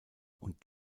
und